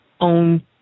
on